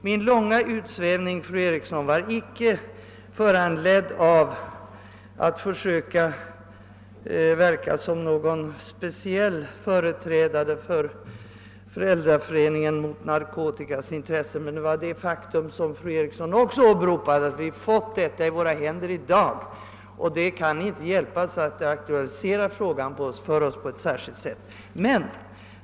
Min långa »utsvävning«», fru Eriksson i Stockholm, var icke föranledd av någon strävan att försöka verka som en speciell företrädare för Föräldraföreningens mot narkotika intressen, utan av det faktum som fru Eriksson också åberopade, nämligen att vi fått denna skrivelse i våra händer i dag. Det kan inte hjälpas att det aktualiserar frågan för oss på ett särskilt sätt.